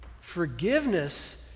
Forgiveness